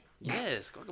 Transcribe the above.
Yes